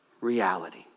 reality